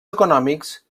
econòmics